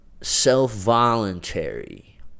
self-voluntary